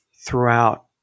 throughout